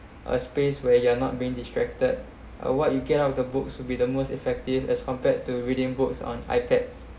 a space where you're not been distracted uh what you get out of the books will be the most effective as compared to reading books on ipads